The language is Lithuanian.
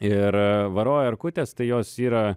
ir varo erkutės tai jos yra